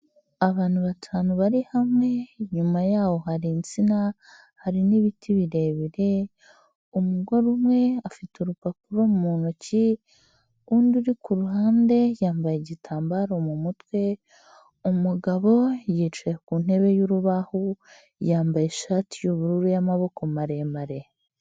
Abantu batanu bari hamwe inyuma yaho hari insina hari n'ibiti birebire, umugore umwe afite urupapuro mu ntoki undi uri ku ruhande yambaye igitambaro mu mutwe, umugabo yicaye ku ntebe y'urubaho yambaye ishati y'ubururu y'amaboko maremare.